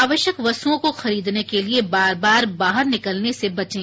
आवश्यक वस्तुओं को खरीदने के लिए बार बार बाहर निकलने से दें